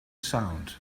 sound